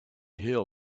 hill